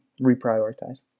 reprioritize